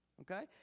Okay